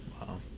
Wow